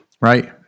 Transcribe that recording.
Right